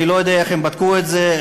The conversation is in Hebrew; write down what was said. אני לא יודע איך הם בדקו את זה.